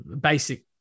basic